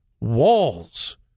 Walls